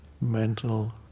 mental